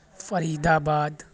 فرید آباد